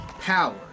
power